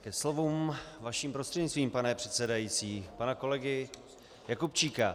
Ke slovům, vaším prostřednictvím, pane předsedající, pana kolegy Jakubčíka.